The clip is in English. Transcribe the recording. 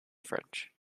french